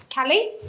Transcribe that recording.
Callie